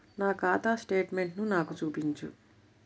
నా ఖాతా స్టేట్మెంట్ను నాకు చూపించు